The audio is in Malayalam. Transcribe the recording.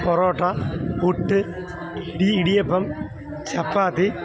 പൊറോട്ട പുട്ട് ഇടിയപ്പം ചപ്പാത്തി